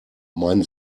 mein